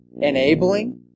enabling